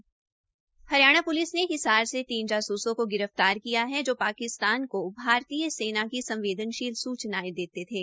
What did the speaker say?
Haryana police ने हिसार में तीन जासूसों को गिरफतार किया है जो पाकिस्तान को भातरीय सेना की संवेदनशील सूचनाएं देते थे